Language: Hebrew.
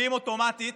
מצביעים אוטומטית,